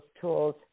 tools